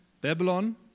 Babylon